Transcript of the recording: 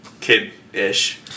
kid-ish